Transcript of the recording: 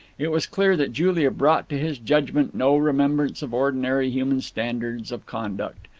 it was clear that julia brought to his judgment no remembrance of ordinary human standards of conduct.